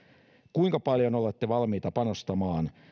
kuinka paljon olette valmiita panostamaan